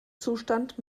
zustand